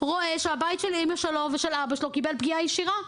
רואה שהבית של אמא ואבא שלו קיבל פגיעה ישירה.